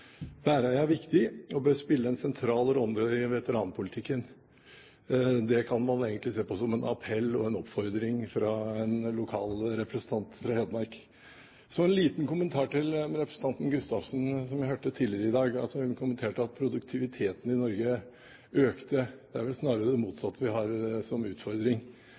er viktig og bør spille en sentral rolle i veteranpolitikken. Det kan man egentlig se på som en appell og en oppfordring fra en lokal representant fra Hedmark. Så en liten kommentar til representanten Gustavsen, som jeg hørte tidligere i dag. Hun sa at produktiviteten i Norge øker. Det er vel snarere det motsatte vi har som utfordring.